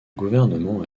gouvernement